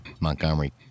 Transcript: Montgomery